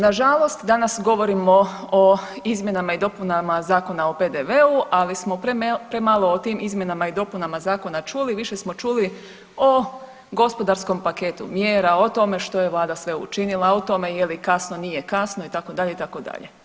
Nažalost, danas govorimo o izmjenama i dopunama Zakona o PDV-u ali smo premalo o tim izmjenama i dopunama zakona čuli, više smo čuli o gospodarskom paketu mjera, o tome što je Vlada sve učinila, o tome je li kasno, nije kasno itd., itd.